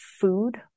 food